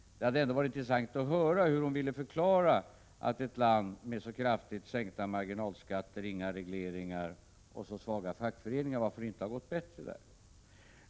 Det hade ändå varit intressant att höra hur hon ville förklara varför det inte har gått bättre i ett land med så kraftigt sänkta marginalskatter, inga regleringar och så svaga fackföreningar.